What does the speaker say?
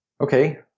Okay